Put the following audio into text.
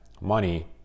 money